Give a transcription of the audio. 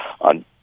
on